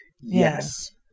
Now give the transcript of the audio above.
Yes